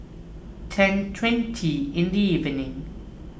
ten twenty in the evening